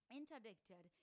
interdicted